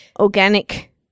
organic